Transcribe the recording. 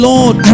Lord